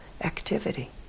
activity